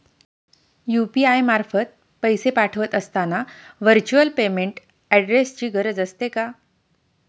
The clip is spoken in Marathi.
यु.पी.आय मार्फत पैसे पाठवत असताना व्हर्च्युअल पेमेंट ऍड्रेसची गरज असते का?